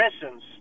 presence